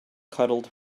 cuddled